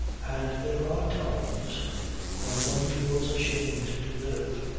and there are times when one feels ashamed to live.